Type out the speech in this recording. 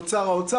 או את שר האוצר,